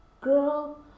girl